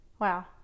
wow